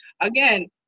Again